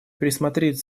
пересмотреть